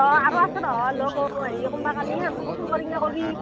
অঁ আৰু আছে নহয় লগ কৰব পাৰি কোনবা ক'লি সিহঁতকো ফোন কৰি কিনে ক'বি